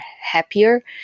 happier